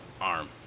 arm